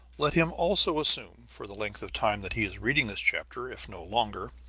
let him also assume, for the length of time that he is reading this chapter if no longer,